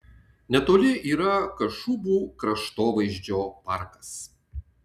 netoli yra kašubų kraštovaizdžio parkas